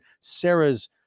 Sarah's